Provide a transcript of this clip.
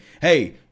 hey